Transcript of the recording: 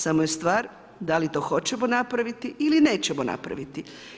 Samo je stvar da li to hoćemo napraviti ili nećemo napraviti.